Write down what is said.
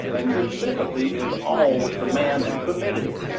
and your sympathy is all with the man who committed it.